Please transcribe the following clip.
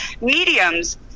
mediums